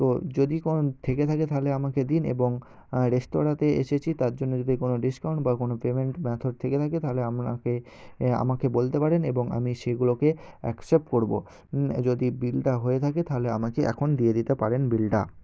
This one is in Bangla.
তো যদি কোনও থেকে থাকে তাহলে আমাকে দিন এবং রেস্তোরাঁতে এসেছি তার জন্য যদি কোনও ডিসকাউন্ট বা কোনও পেমেন্ট মেথড থেকে থাকে তাহলে আপনাকে আমাকে বলতে পারেন এবং আমি সেইগুলোকে অ্যাকসেপ্ট করবো যদি বিলটা হয়ে থাকে তাহলে আমাকে এখন দিয়ে দিতে পারেন বিলটা